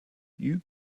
you